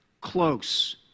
close